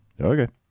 Okay